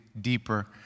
deeper